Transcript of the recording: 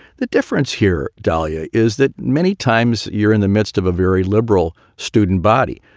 the difference here, dahlia, is that many times you're in the midst of a very liberal student body.